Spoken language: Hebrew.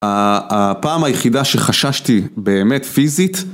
ה... הפעם היחידה שחששתי, באמת, פיזית...